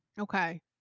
Okay